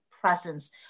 presence